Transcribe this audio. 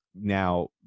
Now